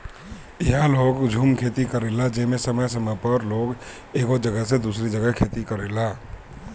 इहा लोग झूम खेती करेला जेमे समय समय पर लोग एगो जगह से दूसरी जगह खेती करेला